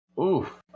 Oof